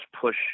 push